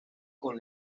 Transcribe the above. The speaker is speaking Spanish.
con